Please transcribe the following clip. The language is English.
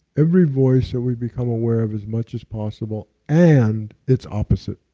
every voice that we become aware of as much as possible and it's opposite.